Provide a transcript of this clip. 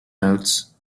notes